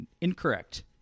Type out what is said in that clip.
Incorrect